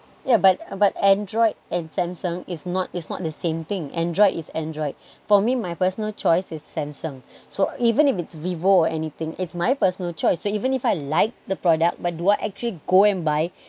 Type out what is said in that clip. yeah but but android and samsung is not is not the same thing android is android for me my personal choice is samsung so even if it's vivo or anything it's my personal choice that even if I like the product but do I actually go and buy